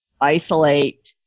isolate